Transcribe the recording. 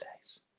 days